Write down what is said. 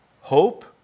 hope